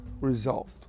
result